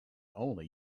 only